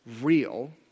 real